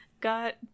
got